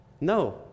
No